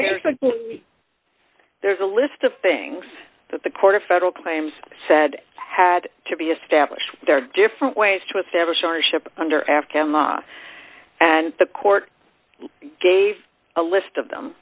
there's a there's a list of things that the court or federal claims said had to be established there are different ways to establish our ship under afghan law and the court gave a list of them